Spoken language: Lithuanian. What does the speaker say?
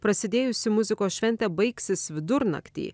prasidėjusi muzikos šventė baigsis vidurnaktį